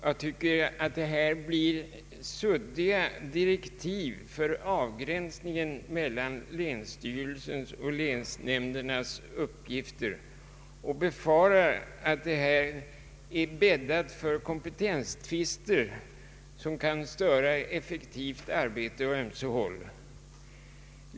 Jag tycker att det här blir suddiga direktiv för avgränsningen mellan länsstyrelsens och länsnämndernas uppgifter och befarar att det bäddas för kompetenstvister som kan störa effektivt arbete på ömse håll.